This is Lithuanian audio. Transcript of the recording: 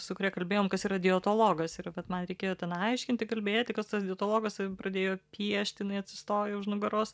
su kuria kalbėjom kas yra dietologas ir vat man reikėjo ten aiškinti kalbėti kas tas dietologas o ji pradėjo piešti jinai atsistojo už nugaros